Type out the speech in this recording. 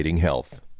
health